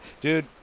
dude